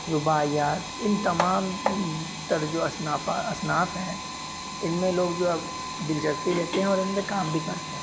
رباعیات ان تمام طرز و اصناف ہیں ان میں لوگ جو اب دلچسپی لیتے ہیں اور ان میں کام بھی کرتے ہیں